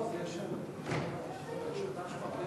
ההצעה להעביר